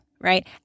right